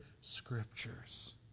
scriptures